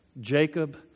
Jacob